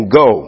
go